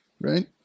right